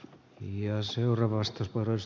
arvoisa herra puhemies